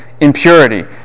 impurity